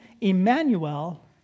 Emmanuel